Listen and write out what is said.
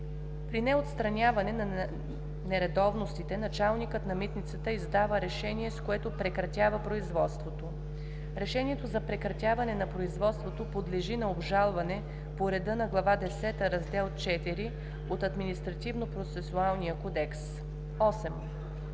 При неотстраняване на нередовностите началникът на митницата издава решение, с което прекратява производството. Решението за прекратяване на производството подлежи на обжалване по реда на Глава десета, Раздел IV от Административнопроцесуалния кодекс.“ 8.